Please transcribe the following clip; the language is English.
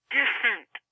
different